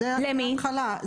זאת ההתחלה.